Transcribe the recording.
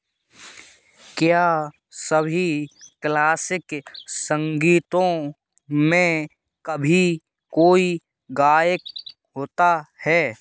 क्या सभी क्लासिक संगीतों में कभी कोई गायक होता है